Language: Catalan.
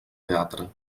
teatre